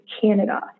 Canada